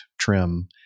trim